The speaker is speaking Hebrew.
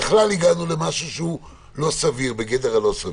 בכלל הגענו למשהו שהוא בגדר לא סביר.